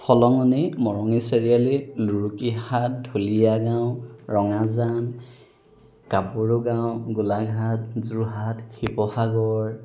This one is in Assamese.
ফলঙনিৰ মৰঙী চাৰিআলি লুৰুকিহাত ঢুলীয়া গাঁও ৰঙাজান গাভৰু গাঁও গোলাঘাট যোৰহাট শিৱসাগৰ